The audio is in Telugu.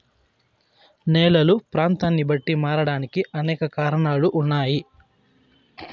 నేలలు ప్రాంతాన్ని బట్టి మారడానికి అనేక కారణాలు ఉన్నాయి